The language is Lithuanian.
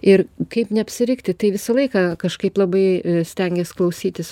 ir kaip neapsirikti tai visą laiką kažkaip labai stengies klausytis